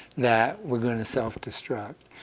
that we're going to self-destruct.